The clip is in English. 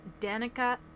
Danica